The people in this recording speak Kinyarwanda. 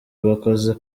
bakoze